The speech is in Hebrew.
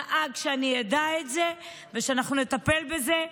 הוא דאג שאני אדע את זה ושאנחנו נטפל בזה.